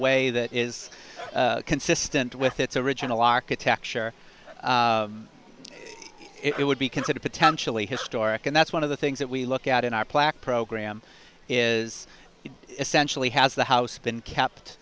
way that is consistent with its original architecture it would be considered potentially historic and that's one of the things that we look at in our plaque program is essentially has the house been kept